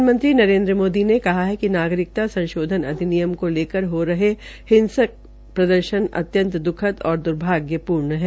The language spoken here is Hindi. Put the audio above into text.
प्रधानमंत्री नरेन्द्र मोदी ने कहा है कि नागरिकता संशोधन अधिनियम को लेकर हिसंक विरोध अत्यंत द्खद और द्भाग्यपूर्ण है